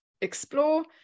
explore